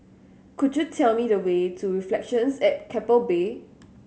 could you tell me the way to Reflections at Keppel Bay